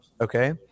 okay